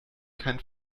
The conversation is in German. kein